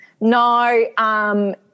No